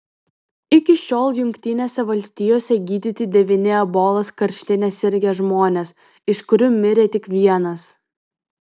iki šiol jungtinėse valstijose gydyti devyni ebolos karštine sirgę žmonės iš kurių mirė tik vienas